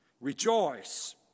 Rejoice